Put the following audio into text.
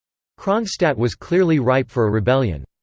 kronstadt was clearly ripe for a rebellion.